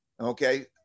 Okay